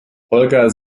holger